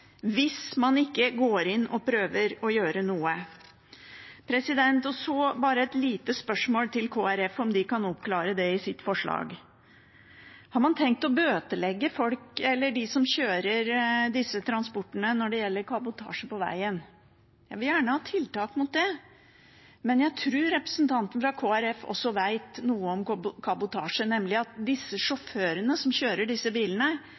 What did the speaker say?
hvis man ikke går inn og prøver å gjøre noe. Så bare et lite spørsmål til Kristelig Folkeparti om de kan oppklare det i sitt forslag: Har man tenkt å bøtelegge dem som kjører disse transportene, når det gjelder kabotasje på veien? Jeg vil gjerne ha tiltak mot det, men jeg tror representanten fra Kristelig Folkeparti også vet noe om kabotasje, nemlig at sjåførene som kjører disse bilene,